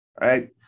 right